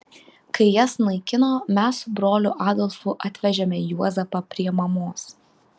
kai jas naikino mes su broliu adolfu atvežėme juozapą prie mamos